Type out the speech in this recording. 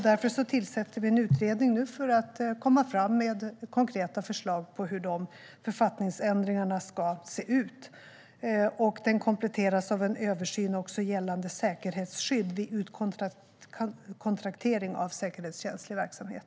Därför tillsätter vi nu en utredning för att komma fram med konkreta förslag på hur dessa författningsändringar ska se ut. Den utredningen kompletteras med en översyn gällande säkerhetsskydd vid utkontraktering av säkerhetskänslig verksamhet.